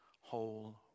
whole